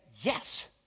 yes